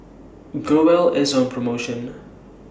Growell IS on promotion